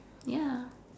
ya